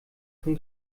von